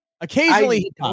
Occasionally